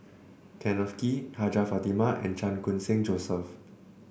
Kenneth Kee Hajjah Fatimah and Chan Khun Sing Joseph